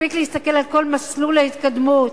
מספיק להסתכל על כל מסלול ההתקדמות.